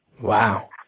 wow